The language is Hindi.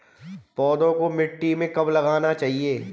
पौधों को मिट्टी में कब लगाना चाहिए?